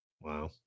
Wow